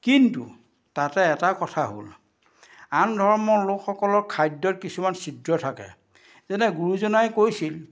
কিন্তু তাতে এটা কথা হ'ল আন ধৰ্মৰ লোকসকলৰ খাদ্যৰ কিছুমান চিত্ৰ থাকে যেনে গুৰুজনাই কৈছিল